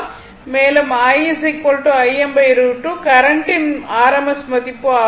மேலும் I Im √2 கரண்ட்டின் rms மதிப்பு ஆகும்